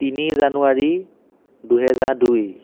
তিনি জানুৱাৰী দুহেজাৰ দুই